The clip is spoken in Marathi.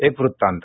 एक वृत्तांत